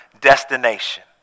destination